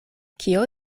kio